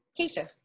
Keisha